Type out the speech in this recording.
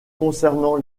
concernant